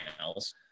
else